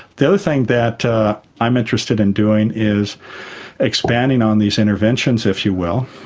the other thing that i'm interested in doing is expanding on these interventions if you will,